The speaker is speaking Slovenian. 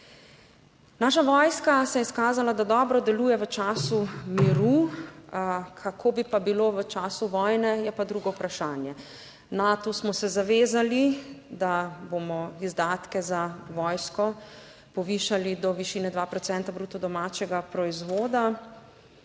(nadaljevanje) se je izkazala, da dobro deluje v času miru, kako bi pa bilo v času vojne, je pa drugo vprašanje. Natu smo se zavezali, da bomo izdatke za vojsko povišali do višine 2 procenta bruto domačega proizvoda,